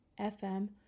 FM